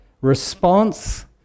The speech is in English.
response